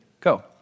go